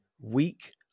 weak